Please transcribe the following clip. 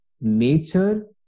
nature